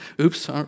Oops